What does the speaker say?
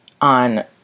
on